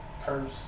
curse